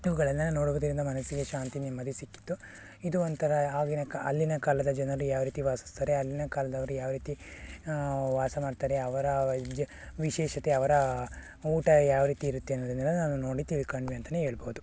ಇವುಗಳೆಲ್ಲನೂ ನೋಡುವುದರಿಂದ ಮನಸ್ಸಿಗೆ ಶಾಂತಿ ನೆಮ್ಮದಿ ಸಿಕ್ಕಿತ್ತು ಇದು ಒಂಥರಾ ಆಗಿನ ಕಾ ಅಲ್ಲಿನ ಕಾಲದ ಜನರು ಯಾವ ರೀತಿ ವಾಸಿಸ್ತಾರೆ ಅಲ್ಲಿನ ಕಾಲದವ್ರು ಯಾವ ರೀತಿ ವಾಸ ಮಾಡ್ತಾರೆ ಅವರ ವೈಜ್ ವಿಶೇಷತೆ ಅವರ ಊಟ ಯಾವ ರೀತಿ ಇರುತ್ತೆ ಅನ್ನೋದನ್ನೆಲ್ಲ ನಾವು ನೋಡಿ ತಿಳ್ಕೊಂಡ್ವಿ ಅಂತಲೇ ಹೇಳ್ಬೋದು